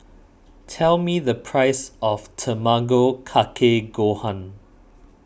tell me the price of Tamago Kake Gohan